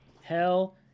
Hell